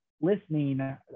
listening